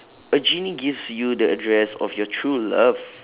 a genie gives you the address of your true love